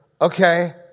Okay